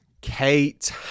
Kate